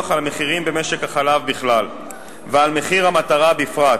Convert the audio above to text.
על המחירים במשק החלב בכלל ועל מחיר המטרה בפרט.